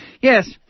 yes